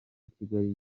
kigali